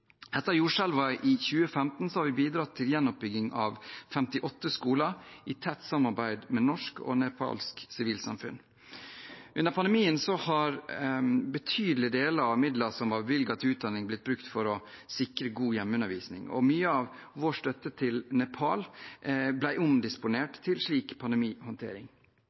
Etter jordskjelvene i 2015 har vi bidratt til gjenoppbygging av 58 skoler – i tett samarbeid med norsk og nepalsk sivilsamfunn. Under pandemien har betydelige deler av midlene som var bevilget til utdanning, blitt brukt til å sikre god hjemmeundervisning. Mye av vår støtte til Nepal ble omdisponert til slik pandemihåndtering.